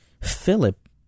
Philip